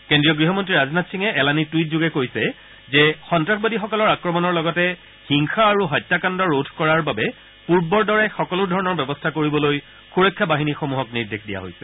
কেদ্ৰীয় গৃহমন্তী ৰাজনাথ সিঙে এলানি টুইট যোগে কৈছে যে সন্তাসবাদীসকলৰ আক্ৰমণৰ লগতে হিংসা আৰু হত্যাকাণ্ড ৰোধ কৰাৰ বাবে পূৰ্বৰ দৰে সকলোধৰণৰ ব্যৱস্থা কৰিবলৈ সুৰক্ষা বাহিনীসমূহক নিৰ্দেশ দিয়া হৈছে